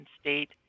State